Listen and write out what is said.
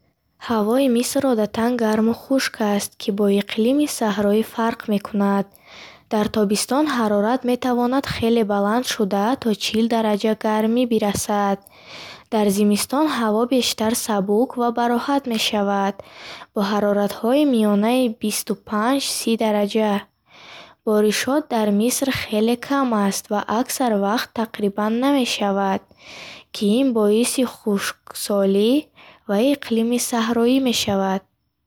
Ҳавои Миср одатан гарму хушк аст, ки бо иқлими саҳроӣ фарқ мекунад. Дар тобистон ҳарорат метавонад хеле баланд шуда, то чил дараҷа гармӣ бирасад. Дар зимистон ҳаво бештар сабук ва бароҳат мешавад, бо ҳароратҳои миёнаи бисту панҷ-си дараҷа. Боришот дар Миср хеле кам аст ва аксар вақт тақрибан намешавад, ки ин боиси хушксолӣ ва иқлими саҳроӣ мешавад.